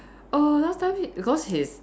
oh last time he because his